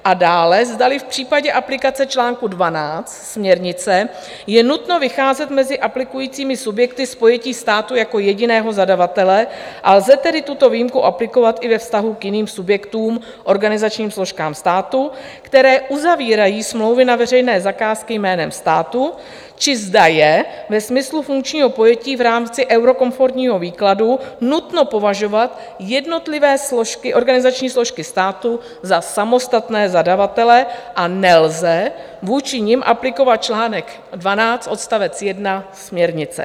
A dále, zdali v případě aplikace čl. 12 směrnice je nutno vycházet mezi aplikujícími subjekty z pojetí státu jako jediného zadavatele, a lze tedy tuto výjimku aplikovat i ve vztahu k jiným subjektům, organizačním složkám státu, které uzavírají smlouvy na veřejné zakázky jménem státu, či zda je ve smyslu funkčního pojetí v rámci eurokomfortního výkladu nutno považovat jednotlivé složky, organizační složky státu za samostatné zadavatele a nelze vůči nim aplikovat čl. 12 odst. 1 směrnice.